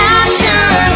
action